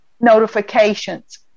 notifications